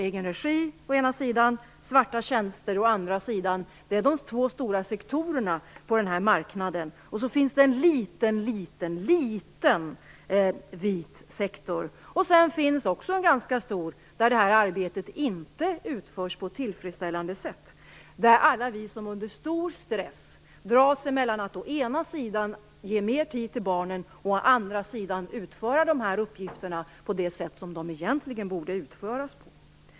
Egen regi å ena sidan, svarta tjänster å andra sidan - det är de två stora sektorerna på den här marknaden. Sedan finns det en liten, liten vit sektor. Det finns också en ganska stor sektor där det här arbetet inte utförs på ett tillfredsställande sätt. Det är alla vi som under stor stress dras mellan å ena sidan att ge mer tid till barnen och å andra sidan att utföra de här uppgifterna på det sätt de egentligen borde utföras på.